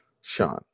Sean